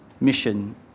mission